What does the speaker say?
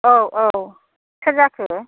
औ औ सोर जाखो